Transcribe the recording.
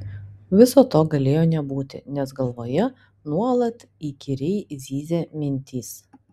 viso to galėjo nebūti nes galvoje nuolat įkyriai zyzė mintys